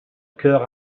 coeur